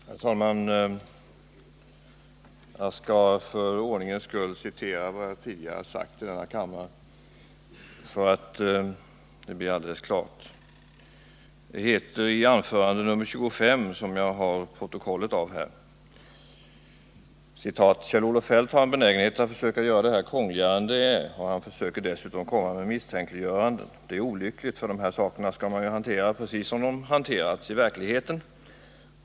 Herr talman! Jag vill för ordningens skull återge vad jag tidigare sagt i kammaren, så att det blir alldeles klart. Det framgår f. ö. också av utskriften av anförande nr 25, som jag har i min hand. Jag framhöll bl.a. följande: ”Kjell-Olof Feldt har en benägenhet att försöka göra det här krångligare än det är, och han försöker dessutom komma med misstänkliggöranden. Det är olyckligt, för de här sakerna skall man ju hantera precis så som de hanterats i verkligheten.